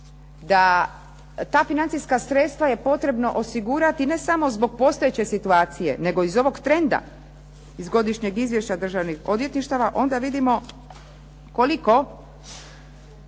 da ta financijska sredstva je potrebno osigurati ne samo zbog postojeće situacije nego iz ovog trenda iz Godišnjeg izvješća državnih odvjetništava onda vidimo koliko